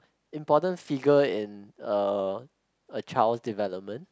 important figure in a a child development